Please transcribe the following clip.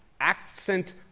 accent